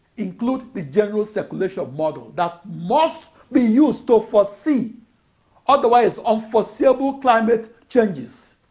include the general circulation model that must be used to foresee otherwise unforeseeable climate changes.